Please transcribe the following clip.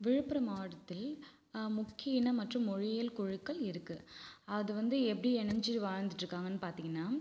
விழுப்புரம் மாவட்டத்தில் முக்கிய இன மற்றும் மொழியியல் குழுக்கள் இருக்கு அது வந்து எப்படி இணஞ்சு வாழ்ந்துகிட்டு இருக்காங்கன்னு பார்த்தீங்கன்னா